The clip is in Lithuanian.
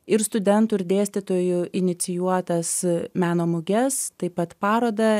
ir studentų ir dėstytojų inicijuotas meno muges taip pat parodą